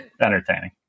entertaining